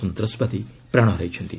ସନ୍ତାସବାଦୀ ପ୍ରାଣ ହରାଇଛନ୍ତି